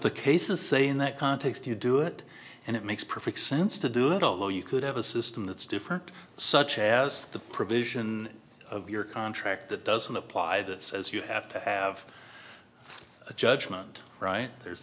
the case is say in that context you do it and it makes perfect sense to do that although you could have a system that's different such as the provision of your contract that doesn't apply that says you have to have a judgement right there's